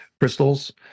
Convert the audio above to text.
Crystals